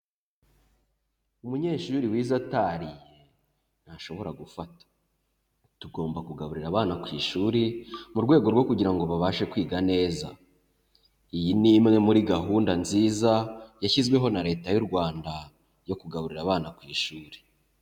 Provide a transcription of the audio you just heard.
Umunyeshuri wize atariye ntashobora gufata, tugomba kugaburira abana ku ishuri mu rwego rwo kugirango babashe kwiga neza, iyi ni imwe muri gahunda nziza yashyizweho na leta y'u Rwanda yo kugaburira abana ku ishuri.